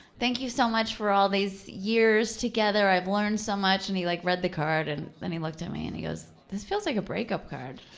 thank you so much for all these years together, i've learned so much, and he like read the card and then he looked at me and he goes, this feels like a break-up card.